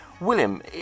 William